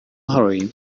hurry